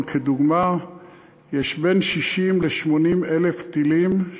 לדוגמה יש בין 60,000 ל-80,000 טילים,